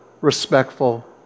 respectful